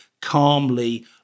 calmly